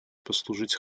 послужить